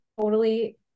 totally-